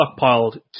stockpiled